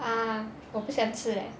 ah 我不喜欢吃 leh